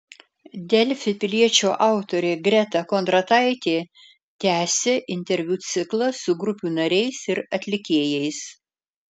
delfi piliečio autorė greta kondrataitė tęsia interviu ciklą su grupių nariais ir atlikėjais